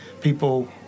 people